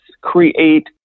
create